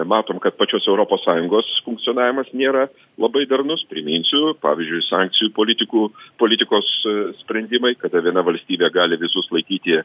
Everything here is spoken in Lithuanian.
matom kad pačios europos sąjungos funkcionavimas nėra labai darnus priminsiu pavyzdžiui sankcijų politikų politikos sprendimai kada viena valstybė gali visus laikyti